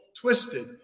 twisted